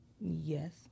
Yes